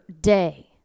Day